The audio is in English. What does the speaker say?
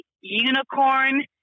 Unicorn